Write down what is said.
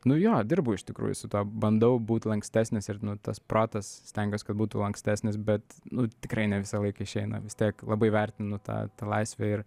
nu jo dirbu iš tikrųjų su tuo bandau būt lankstesnis ir tas protas stengiuos kad būtų lankstesnis bet nu tikrai ne visą laiką išeina vis tiek labai vertinu tą laisvę ir